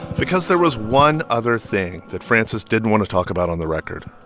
because there was one other thing that frances didn't want to talk about on the record,